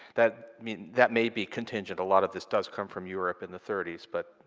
that i mean that may be contingent, a lot of this does come from europe in the thirty s, but